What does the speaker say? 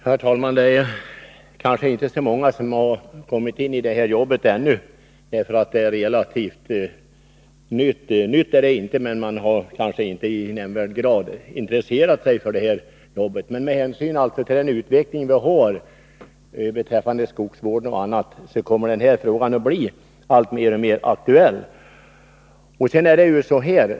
Herr talman! Det är kanske inte så många som kommit in i det här jobbet ännu, eftersom man inte i nämnvärd grad intresserat sig för det. Men med hänsyn till den utveckling vi har när det gäller skogsvård och annat kommer den här frågan att bli alltmer aktuell.